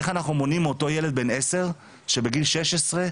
איך אנחנו מונעים מאותו ילד בן עשר שבגיל 16,